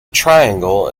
triangle